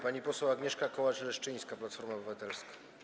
Pani poseł Agnieszka Kołacz-Leszczyńska, Platforma Obywatelska.